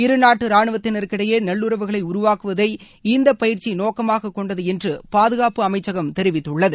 இருநாட்டு ராணுவத்தினருக்கிடையே நல்லுறவுகளை உருவாக்குவதை இந்த பயிற்சி நோக்கமாக கொண்டது என்று பாதுகாப்பு அமைச்சகம் தெரிவித்துள்ளது